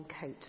coat